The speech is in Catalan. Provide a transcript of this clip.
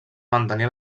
mantenir